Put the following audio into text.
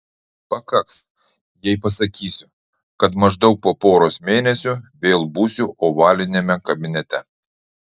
pakaks jei pasakysiu kad maždaug po poros mėnesių vėl būsiu ovaliniame kabinete